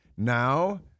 Now